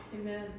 Amen